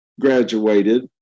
graduated